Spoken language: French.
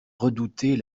redouter